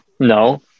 No